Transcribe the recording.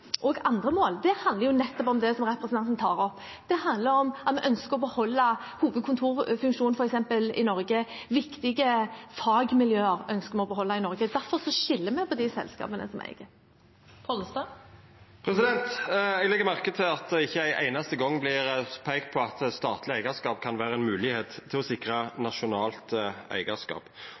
andre mål, handler nettopp om det representanten tar opp. Det handler om at vi ønsker å beholde f.eks. hovedkontorfunksjon i Norge, og at viktige fagmiljøer ønsker vi å beholde i Norge. Derfor skiller vi på de selskapene vi eier. Eg legg merke til at det ikkje ein einaste gong vert peikt på at statleg eigarskap kan vera ei moglegheit til å sikra nasjonalt